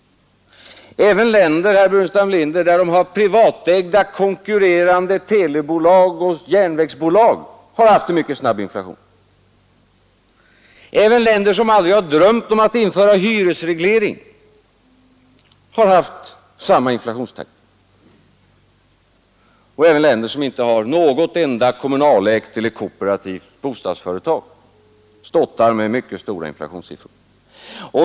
Även länder, herr Burenstam Linder, där man har privatägda, konkurrerande TV-bolag och järnvägsbolag har haft en mycket snabb inflation. Även länder som aldrig har drömt om att införa hyresreglering har haft samma inflationstakt, och även länder som inte har något enda kommunalägt eller kooperativt bostadsföretag ståtar med mycket höga inflationssiffror.